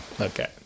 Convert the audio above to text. Okay